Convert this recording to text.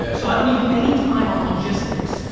ah so i don't need any time on logistics.